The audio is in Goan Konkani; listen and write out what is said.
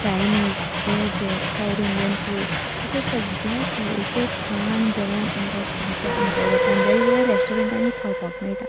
चायनीस जें जें सावथ इंडीयन फूड अशें सगळ्या तरेचें खाण आमकां स्विगीच्या अंतर्गतान वेगळ्यावेगळ्या रेस्ट्रोरंटांनी खावपाक मेळटा